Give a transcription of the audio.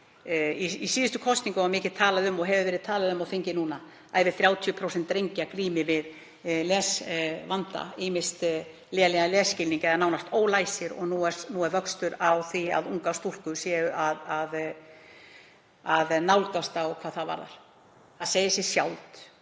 síðustu kosningar var mikið talað um og hefur verið talað um á þingi núna að yfir 30% drengja glími við lesvanda, ýmist lélegan lesskilning eða eru nánast ólæsir og nú er vöxtur í því hjá ungum stúlkum, þær séu að nálgast drengina hvað það varðar. Það segir sig sjálft